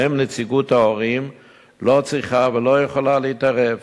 שבהם נציגות ההורים לא צריכה ולא יכולה להתערב,